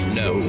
no